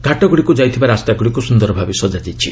ଘାଟଗୁଡ଼ିକୁ ଯାଇଥିବା ରାସ୍ତାଗୁଡ଼ିକୁ ସୁନ୍ଦରଭାବେ ସଜାଯାଇଛି